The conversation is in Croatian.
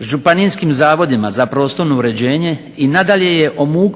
županijskim zavodima za prostorno uređenje i nadalje je